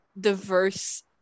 diverse